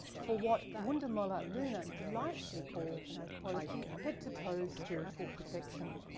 for what wundermulla luna delightfully calls and i quote head to toe spiritual protection.